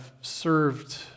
served